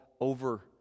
over